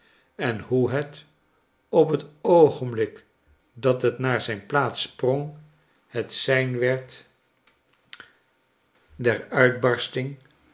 en hoe het op het oogenblik dat het naar zijne plaats sprong het sein werd der